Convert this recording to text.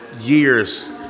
years